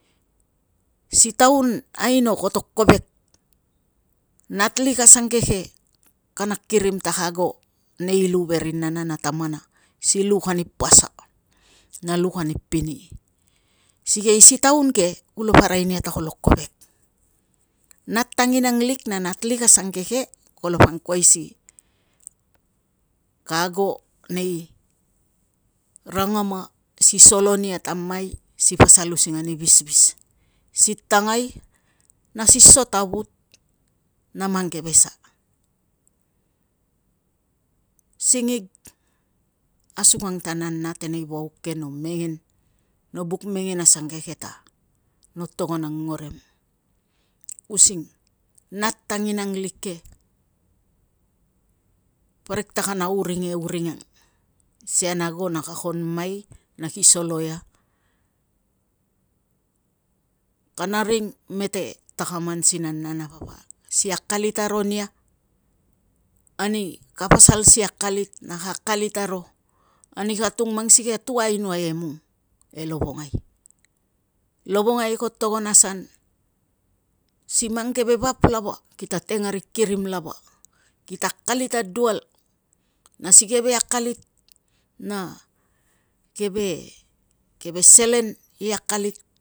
Si taun aino koto kovek, natlik asangeke kana kirim ta ka ago nei lu ve ri nana na tamana si luk ani pasa na luk ani pini. Sikei si taun ke kulapa arai nia ta kolo kovek, nat tanginang lik, na natlik asangeke kalapa angkuai si ka ago nei rangama si solo nia ta mai si pasal using ani visvis, si tangai, na si so ta vut na mang keve sa. Singig asukang ta nana tenei vauk ke no mengen, no buk mengen asangeke ta no togon a ngorem using nat tanginang lik ke parik ta kana uring e uring ang sian ago na kon nai na ki solo ia. Kana ring e mete takaman si nana na papa si akalit aro nia ani ka pasal si akalit na ka akalit aro ani ka tung mang sikei a tu ainoai e mung e lovongai. Lovongai ko togon asan si mang ke vap lava kita teng ari kirim lava, kita akalit adual si keve akalit na keve keve selen i akalit